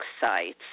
sites